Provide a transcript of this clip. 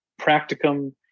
practicum